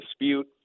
dispute